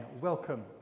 Welcome